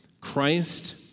Christ